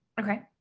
Okay